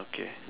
okay